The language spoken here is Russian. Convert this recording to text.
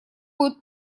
будет